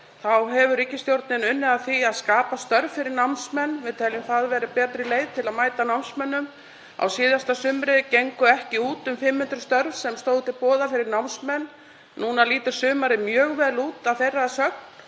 þá hefur ríkisstjórnin unnið að því að skapa störf fyrir námsmenn. Við teljum það vera betri leið til að mæta námsmönnum. Á síðasta sumri gengu ekki út um 500 störf sem stóðu til boða fyrir námsmenn. Núna lítur sumarið mjög vel út að þeirra sögn.